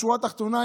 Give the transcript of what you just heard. בשורה התחתונה,